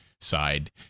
side